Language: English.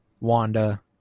Wanda